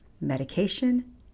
medication